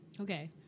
Okay